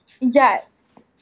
Yes